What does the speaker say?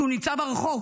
שנמצא ברחוב,